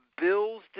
Bill's